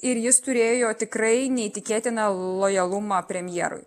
ir jis turėjo tikrai neįtikėtiną lojalumą premjerui